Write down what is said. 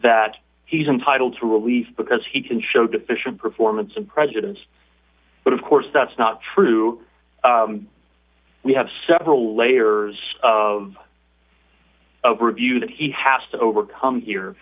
that he's entitled to relief because he can show deficient performance of presidents but of course that's not true we have several layers of of review that he has to overcome here